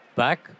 back